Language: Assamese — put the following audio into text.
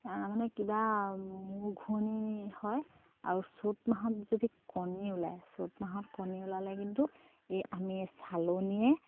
মানে কিবা মূৰ ঘোৰণি হয় আৰু চ'ত মাহত যদি কণী ওলায় চ'ত মাহত কণী ওলালে কিন্তু এই আমি চালনীয়ে